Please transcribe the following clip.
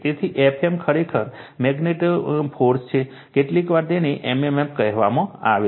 તેથી Fm ખરેખર magnetic force છે કેટલીકવાર તેને m m f કહેવામાં આવે છે